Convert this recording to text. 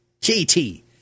JT